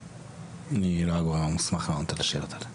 אני לא הגורם המוסמך לענות על השאלות האלה.